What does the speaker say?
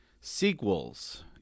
sequels